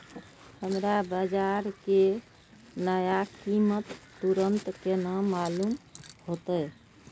हमरा बाजार के नया कीमत तुरंत केना मालूम होते?